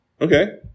Okay